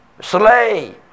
slay